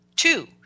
Two